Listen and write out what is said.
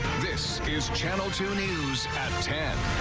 this is channel two news at ten.